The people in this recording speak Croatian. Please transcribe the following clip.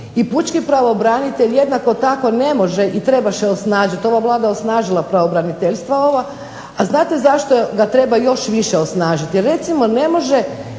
I pučki pravobranitelj jednako tako ne može i treba se osnažiti. Ova Vlada je osnažila pravobraniteljstvo. A znate zašto ga treba još više osnažiti? Jer recimo ne može